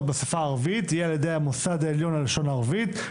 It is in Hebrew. בשפה הערבית יהיה על ידי המוסד העליון ללשון הערבית,